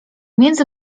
między